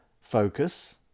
focus